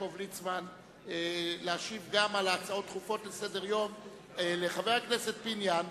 הגיש חבר הכנסת ציון פיניאן,